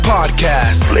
Podcast